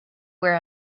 where